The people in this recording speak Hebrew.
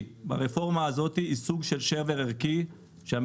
הרפורמה הזאת היא סוג של שבר ערכי של מדינת ישראל.